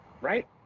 Right